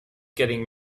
getting